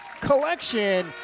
collection